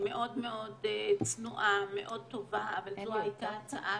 מאוד מאוד צנועה, מאוד טובה, אבל זו הייתה הצעה